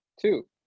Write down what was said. Two